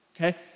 okay